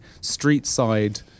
street-side